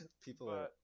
People